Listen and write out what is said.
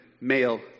male